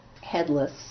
headless